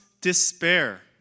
despair